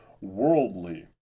worldly